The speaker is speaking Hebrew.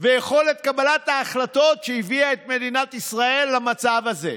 ויכולת קבלת ההחלטות שהביאה את מדינת ישראל למצב הזה.